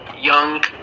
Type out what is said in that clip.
young